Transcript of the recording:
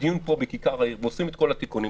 הדיון פה בכיכר העיר ועושים את כל התיקונים,